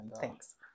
Thanks